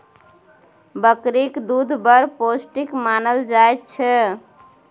बकरीक दुध बड़ पौष्टिक मानल जाइ छै